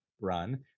run